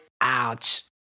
ouch